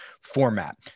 format